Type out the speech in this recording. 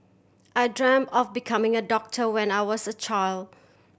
I dreamt of becoming a doctor when I was a child